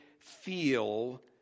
feel